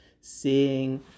seeing